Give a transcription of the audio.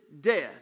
death